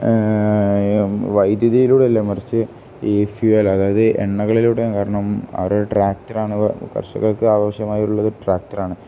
വൈദ്യുതിയിലൂടെ എല്ലാം മറിച്ച് ഈ ഫ്യുവൽ അതായത് എണ്ണകളിലൂടെ കാരണം അവരുടെ ട്രാക്ടറാണ് കർഷകർക്ക് ആവശ്യമായുള്ളത് ട്രാക്ടറാണ്